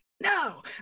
No